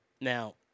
Now